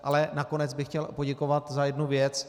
Ale nakonec bych chtěl poděkovat za jednu věc.